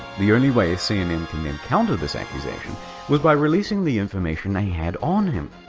the only way cnn can then counter this accusation was by releasing the information they had on him,